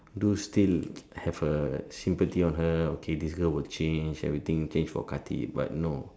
do still have a sympathy on her okay this girl will change everything change for Karthik but no